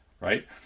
Right